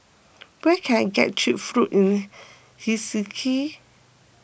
where can I get Cheap Food in Helsinki